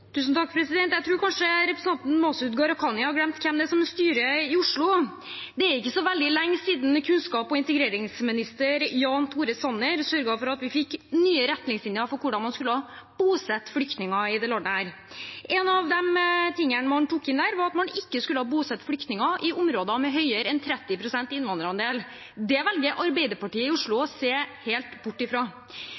veldig lenge siden kunnskaps- og integreringsminister Jan Tore Sanner sørget for at vi fikk nye retningslinjer for hvordan man skulle bosette flyktninger i dette landet. En av de tingene man tok inn der, var at man ikke skulle bosette flyktninger i områder med høyere enn 30 pst. innvandrerandel. Det velger Arbeiderpartiet i Oslo